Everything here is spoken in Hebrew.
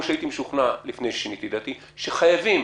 שהייתי משוכנע לפני ששיניתי את דעתי שחייבים